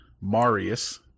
Marius